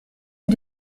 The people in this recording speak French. est